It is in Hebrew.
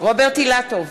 רוברט אילטוב,